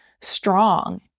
strong